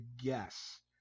guess